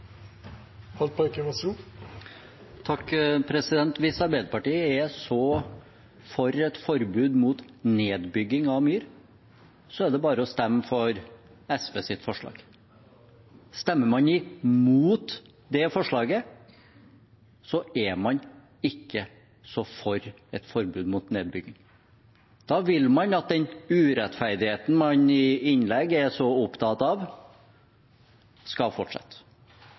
Hvis Arbeiderpartiet er så for et forbud mot nedbygging av myr, er det bare å stemme for SVs forslag. Stemmer man imot det forslaget, er man ikke så for et forbud mot nedbygging. Da vil man at den urettferdigheten man i innlegg er så opptatt av, skal fortsette.